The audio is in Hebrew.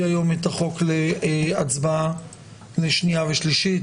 היום את החוק להצבעה לשנייה ושלישית.